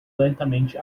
lentamente